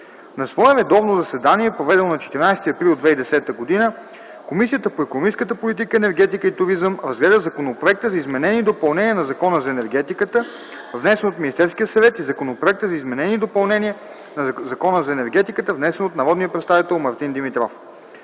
На свое редовно заседание, проведено на 14 април 2010 г., Комисията по икономическата политика, енергетика и туризъм разгледа законопроекта за изменение и допълнение на Закона за енергетиката, внесен от Министерския съвет и законопроекта за изменение и допълнение на Закона за енергетиката, внесен от н.п. Мартин Димитров.